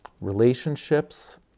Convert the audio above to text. relationships